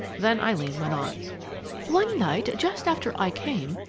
then eileen went on one night, just after i came,